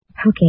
Okay